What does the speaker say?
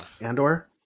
Andor